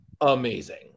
Amazing